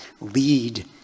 lead